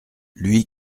lui